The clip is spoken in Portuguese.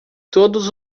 todos